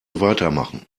weitermachen